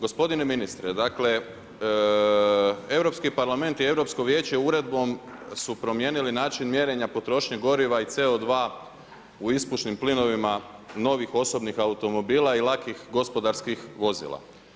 Gospodine ministre, Europski parlament i Europsko vijeće uredbom su promijenili način mjerenja potrošnje goriva i CO2 u ispušnim plinovima novih osobnih automobila i lakih gospodarskih vozila.